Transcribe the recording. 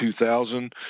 2000